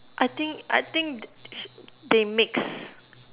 I think I think they mix